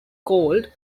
called